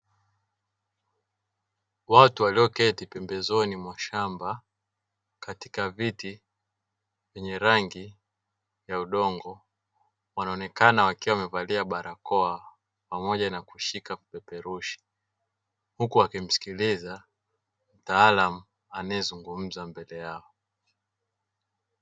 Watu walioketi pembezoni mwa shamba katika viti vyenye rangi ya udongo, wanaonekana wakiwa wamevalia barakoa pamoja na kushika vipeperushi, huku wakimsikiliza mtaalamu anayezungumza mbele yao.